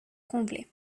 comblé